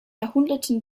jahrhunderten